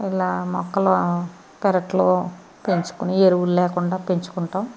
ఇలా మొక్కలు పెరట్లో పెంచుకుని ఎరువులు లేకుండా పెంచుకుంటాం